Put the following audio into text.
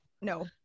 no